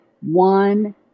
one